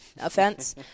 offense